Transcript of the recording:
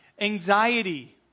anxiety